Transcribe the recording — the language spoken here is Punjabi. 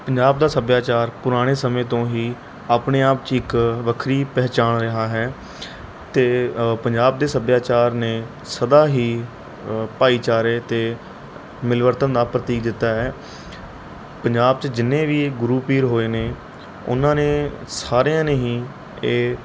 ਪੰਜਾਬ ਦਾ ਸੱਭਿਆਚਾਰ ਪੁਰਾਣੇ ਸਮੇਂ ਤੋਂ ਹੀ ਆਪਣੇ ਆਪ 'ਚ ਇੱਕ ਵੱਖਰੀ ਪਹਿਚਾਣ ਰਿਹਾ ਹੈ ਅਤੇ ਪੰਜਾਬ ਦੇ ਸੱਭਿਆਚਾਰ ਨੇ ਸਦਾ ਹੀ ਭਾਈਚਾਰੇ ਅਤੇ ਮਿਲਵਰਤਨ ਨਾ ਪ੍ਰਤੀਕ ਦਿੱਤਾ ਹੈ ਪੰਜਾਬ 'ਚ ਜਿੰਨੇ ਵੀ ਗੁਰੂ ਪੀਰ ਹੋਏ ਨੇ ਉਹਨਾਂ ਨੇ ਸਾਰਿਆਂ ਨੇ ਹੀ ਇਹ